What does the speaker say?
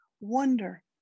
wonder